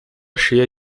cheia